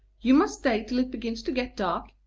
you must stay till it begins to get dark,